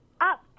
up